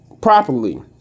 properly